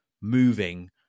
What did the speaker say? moving